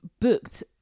booked